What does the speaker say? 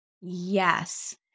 yes